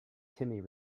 timmy